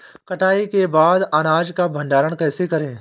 कटाई के बाद अनाज का भंडारण कैसे करें?